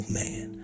man